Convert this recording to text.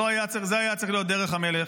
זה היה צריך להיות דרך המלך.